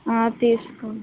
తీసుకోండి